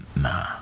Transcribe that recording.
Nah